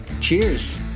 Cheers